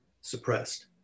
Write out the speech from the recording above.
suppressed